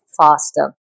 faster